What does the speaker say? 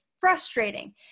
frustrating